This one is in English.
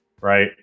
right